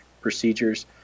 procedures